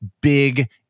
big